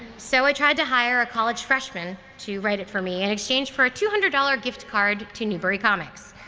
so i tried to hire a college freshman to write it for me in and exchange for a two hundred dollars gift card to newbury comics.